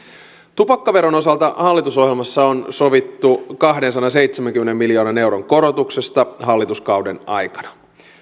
tupakkaveron osalta hallitusohjelmassa on sovittu kahdensadanseitsemänkymmenen miljoonan euron korotuksesta hallituskauden aikana